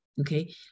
okay